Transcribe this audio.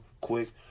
quick